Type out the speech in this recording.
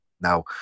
Now